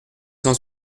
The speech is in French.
cent